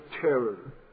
terror